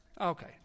okay